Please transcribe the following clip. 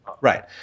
Right